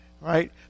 right